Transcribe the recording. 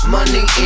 Money